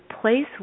place